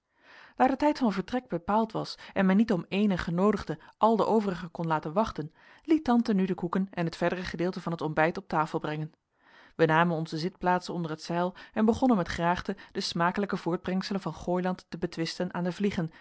daar de tijd van vertrek bepaald was en men niet om éénen genoodigde al de overige kon laten wachten liet tante nu de koeken en het verdere gedeelte van het ontbijt op tafel brengen wij namen onze zitplaatsen onder het zeil en begonnen met graagte de smakelijke voortbrengselen van gooiland te betwisten aan de vliegen